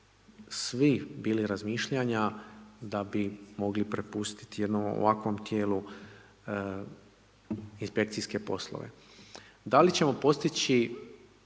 svi bili razmišljanja da bi mogli prepustiti jednom ovakvom tijelu inspekcijske poslove. Da li ćemo postići